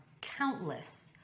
countless